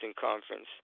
Conference